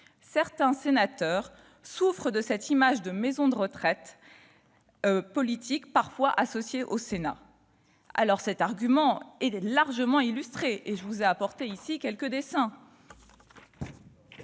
Certains sénateurs souffrent de cette image de maison de retraite politique parfois associée au Sénat. » Cet argument est largement illustré, et j'ai avec moi quelques dessins